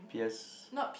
p_s